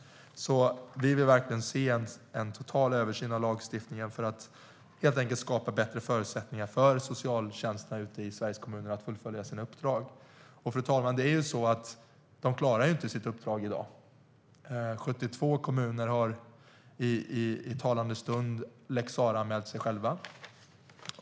Vi vill alltså verkligen se en total översyn av lagstiftningen för att helt enkelt skapa bättre förutsättningar för socialtjänsterna ute i Sveriges kommuner att fullfölja sina uppdrag. Fru talman! Det är ju så att kommunerna inte klarar sitt uppdrag i dag - 72 kommuner har i talande stund lex Sarah-anmält sig själva.